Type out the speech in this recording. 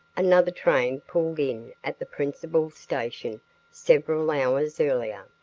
another train pulled in at the principal station several hours earlier.